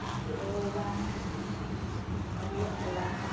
roll back onto your pillow.